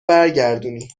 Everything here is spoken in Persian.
برگردونی